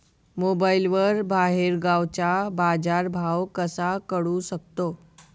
मोबाईलवर बाहेरगावचा बाजारभाव कसा कळू शकतो?